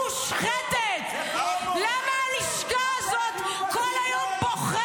ומה אמורים לעשות, באמת, עכשיו